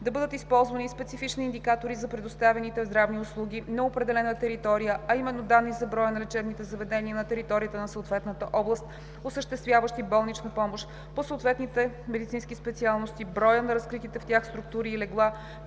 да бъдат използвани и специфични индикатори за предоставяните здравни услуги на определена територия, а именно данни за броя на лечебните заведения на територията на съответната област, осъществяващи болнична помощ по съответните медицински специалности; броя на разкритите в тях структури и легла,